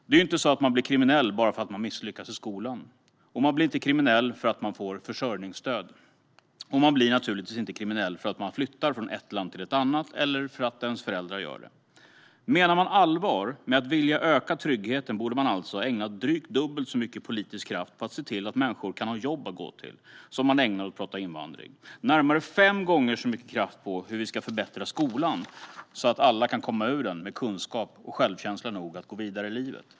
Man blir inte kriminell bara för att man misslyckas i skolan, man blir inte kriminell för att man får försörjningsstöd och man blir naturligtvis inte kriminell för att man flyttar från ett land till annat eller för att ens föräldrar gör det. Menar man allvar med att vilja öka tryggheten borde man alltså ägna drygt dubbelt så mycket politisk kraft åt att se till att människor har jobb att gå till som man ägnar åt att prata invandring. Man borde också lägga närmare fem gånger så mycket kraft på hur vi ska förbättra skolan så att alla kan gå ur den med kunskap och självkänsla nog för att gå vidare i livet.